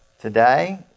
Today